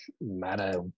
matter